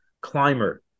climber